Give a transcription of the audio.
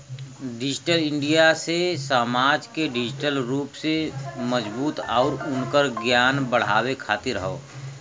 digital India से समाज के डिजिटल रूप से मजबूत आउर उनकर ज्ञान बढ़ावे खातिर हौ